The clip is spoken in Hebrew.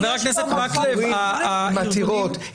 עם עתירות,